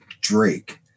Drake